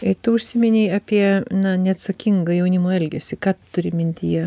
jei tu užsiminei apie na neatsakingą jaunimo elgesį kad turi mintyje